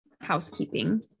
housekeeping